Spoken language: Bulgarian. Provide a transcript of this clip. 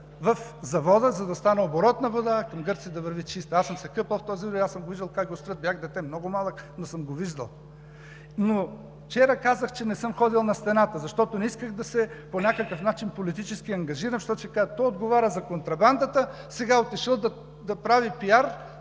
в завода, за да стане оборотна вода и към Гърция да върви чиста. Аз съм се къпал в този язовир и съм виждал го как го строят, бях дете, много малък, но съм го виждал. Но вчера казах, че не съм ходил на стената, защото не исках по някакъв начин политически да се ангажирам, защото ще кажат: той отговаря за контрабандата, сега отишъл да прави пиар